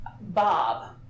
Bob